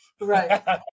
right